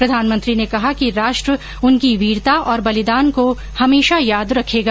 प्रधानमंत्री ने कहा है कि राष्ट्र उनकी वीरता और बलिदान को हमेशा याद रखेगा